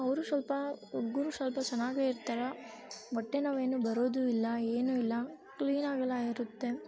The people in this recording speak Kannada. ಅವರು ಸ್ವಲ್ಪ ಹುಡ್ಗುರು ಸ್ವಲ್ಪ ಚೆನ್ನಾಗೇ ಇರ್ತಾರೆ ಹೊಟ್ಟೆ ನೋವೇನೂ ಬರೋದೂ ಇಲ್ಲ ಏನೂ ಇಲ್ಲ ಕ್ಲೀನಾಗೆಲ್ಲ ಇರುತ್ತೆ